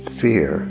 fear